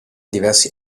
diversi